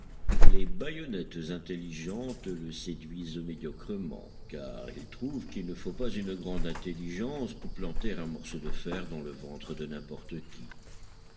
les baïonnettes intelligentes le séduisent médiocrement car il trouve qu'il ne faut pas une grande intelligence pour planter un morceau de fer dans le ventre de n'importe qui